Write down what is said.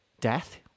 death